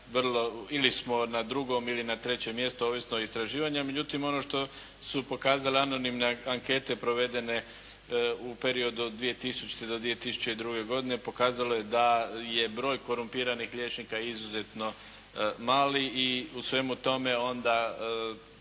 ili smo na drugom ili na trećem mjestu, ovisno o istraživanju. Međutim, ono što su pokazale anonimne ankete provedene u periodu od 2000. do 2002. godine pokazalo je da je broj korumpiranih liječnika izuzetno malo i u svemu tome onda